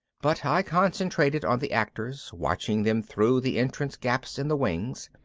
but i concentrated on the actors, watching them through the entrance-gaps in the wings.